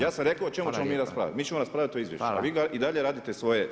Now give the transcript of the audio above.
Ja sam rekao o čemu ćemo mi raspravljati, mi ćemo raspravljati o izvješću, a vi i dalje radite svoje.